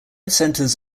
centers